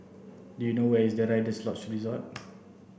do you know where is Rider's Lodge Resort